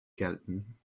gelten